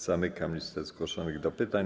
Zamykam listę zgłoszonych do pytań.